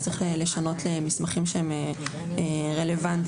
אז צריך לשנות למסמכים שהם רלוונטיים.